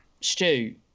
Stu